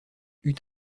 eut